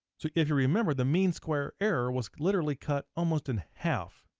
so if you remember, the mean square error was literally cut almost in half.